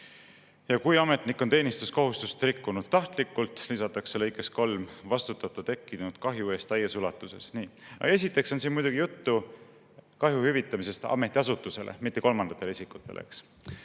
Kui ametnik on teenistuskohustust rikkunud tahtlikult, lisatakse lõikes 3, vastutab ta tekkinud kahju eest täies ulatuses. Nii. Esiteks on siin muidugi juttu kahju hüvitamisest ametiasutusele, mitte kolmandatele isikutele.